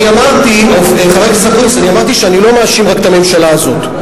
אני אמרתי שאני לא מאשים רק את הממשלה הזאת.